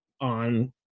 on